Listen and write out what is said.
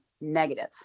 negative